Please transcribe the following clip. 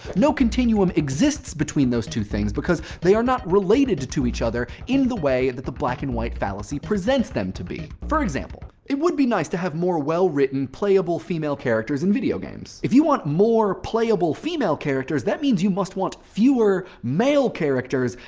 no continuum exists between those two things because they are not related to to each other in the way that the black and white fallacy presents them to be. for example, it would be nice to have more well written, playable female characters in video games. if you want more playable female characters, that means you must want fewer male characters.